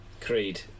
Creed